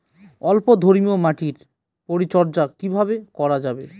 অম্লধর্মীয় মাটির পরিচর্যা কিভাবে করা যাবে?